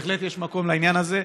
בהחלט יש מקום לעניין הזה.